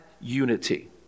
unity